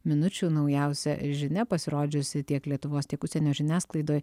minučių naujausia žinia pasirodžiusi tiek lietuvos tiek užsienio žiniasklaidoj